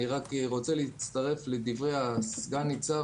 אני רוצה להצטרף לדברי סגן-ניצב